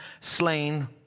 slain